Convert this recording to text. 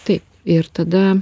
taip ir tada